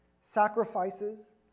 sacrifices